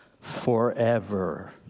forever